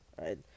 Right